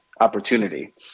opportunity